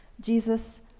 Jesus